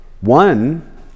One